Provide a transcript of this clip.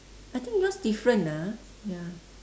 I think yours different ah ya